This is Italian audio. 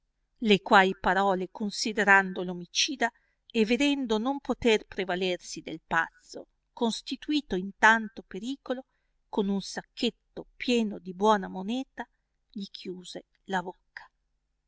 le quai parole considerando l'omicida e vedendo non poter prevalersi del pazzo constituito in tanto pericolo con un sacchetto pieno di buona moneta gli chiuse la bocca